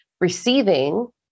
receiving